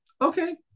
Okay